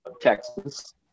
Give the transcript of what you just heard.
Texas